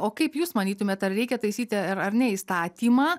o kaip jūs manytumėt ar reikia taisyti ir ar ne įstatymą